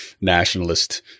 nationalist